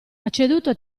acceduto